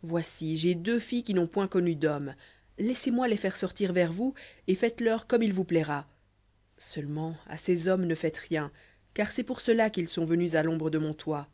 voici j'ai deux filles qui n'ont point connu d'homme laissez-moi les faire sortir vers vous et faites-leur comme il vous plaira seulement à ces hommes ne faites rien car c'est pour cela qu'ils sont venus à l'ombre de mon toit